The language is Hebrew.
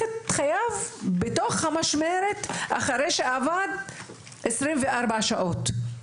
את חייו בתוך המשמרת אחרי שעבד 24 שעות.